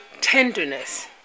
Tenderness